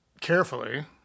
Carefully